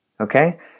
okay